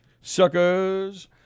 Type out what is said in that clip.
suckers